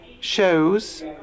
shows